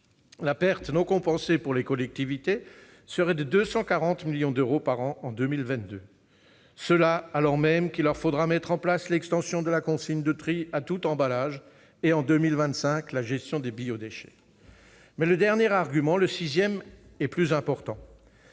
La perte non compensée pour les collectivités serait de 240 millions d'euros par an en 2022, alors même qu'il leur faudra mettre en place l'extension de la consigne de tri à tout emballage et, en 2025, la gestion des biodéchets. Le dernier argument, le sixième, est le plus important.